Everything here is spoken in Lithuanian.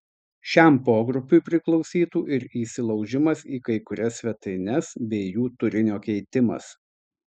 šiam pogrupiui priklausytų ir įsilaužimas į kai kurias svetaines bei jų turinio keitimas